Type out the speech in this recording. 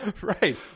Right